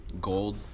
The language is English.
gold